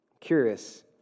Curious